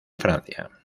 francia